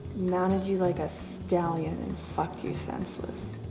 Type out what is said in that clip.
mounted you like a stallion, and fucked you senseless.